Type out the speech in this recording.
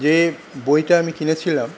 যে বইটা আমি কিনেছিলাম